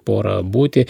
pora būti